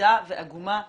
מטרידה ועגומה מאוד.